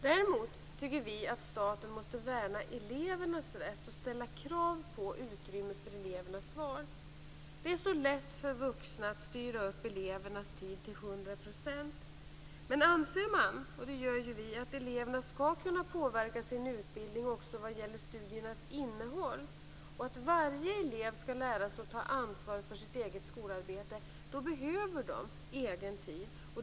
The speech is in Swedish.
Däremot tycker vi att staten måste värna elevernas rätt och ställa krav på utrymme för elevernas val. Det är så lätt för vuxna att styra upp elevernas tid till 100 %. Men anser man - och det gör vi moderater - att eleverna skall kunna påverka sin utbildning också vad gäller studiernas innehåll, och att varje elev skall lära sig att ta ansvar för sitt eget skolarbete behöver de egen tid.